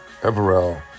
Everell